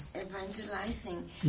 evangelizing